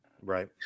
Right